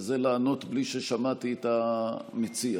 וזה לענות בלי ששמעתי את המציע.